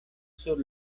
sur